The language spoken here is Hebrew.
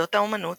בתולדות האמנות